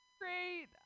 Great